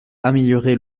améliorer